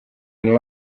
and